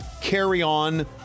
carry-on